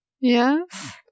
Yes